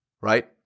right